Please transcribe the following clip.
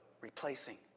replacing